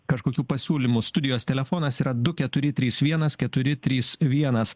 kažkokių pasiūlymų studijos telefonas yra du keturi trys vienas keturi trys vienas